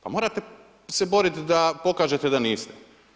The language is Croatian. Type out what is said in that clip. Pa morate se boriti da pokažete da niste.